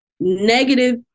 negative